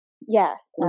yes